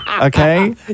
Okay